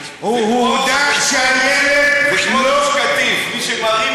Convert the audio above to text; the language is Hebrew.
הוא הודה שהילד לא נולד.